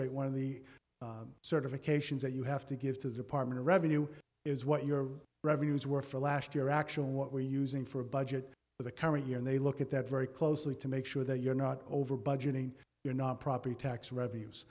rate one of the certifications that you have to give to the department of revenue is what your revenues were for last year actually what we're using for a budget for the current year and they look at that very closely to make sure that you're not over budgeting you're not property tax revenues